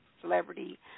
celebrity